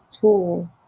tool